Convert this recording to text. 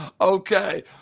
Okay